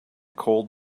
cold